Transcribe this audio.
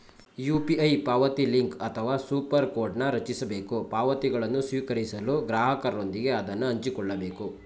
UPI ಪಾವತಿಲಿಂಕ್ ಅಥವಾ super ಕೋಡ್ನ್ ರಚಿಸಬೇಕು ಪಾವತಿಗಳನ್ನು ಸ್ವೀಕರಿಸಲು ಗ್ರಾಹಕರೊಂದಿಗೆ ಅದನ್ನ ಹಂಚಿಕೊಳ್ಳಬೇಕು